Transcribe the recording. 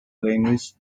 language